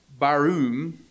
Barum